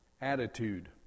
attitude